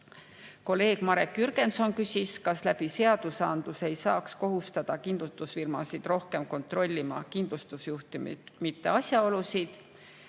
Kolleeg Marek Jürgenson küsis, kas seadusandluse kaudu ei saaks kohustada kindlustusfirmasid rohkem kontrollima kindlustusjuhtumite asjaolusid.